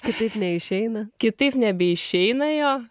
kitaip neišeina kitaip nebeišeina jo